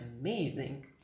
amazing